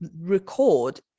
record